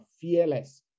fearless